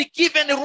given